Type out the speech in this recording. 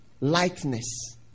Lightness